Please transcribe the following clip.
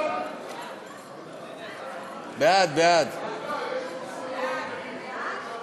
הצעת ועדת הכנסת להעביר את הצעת חוק